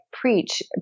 preach